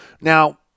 Now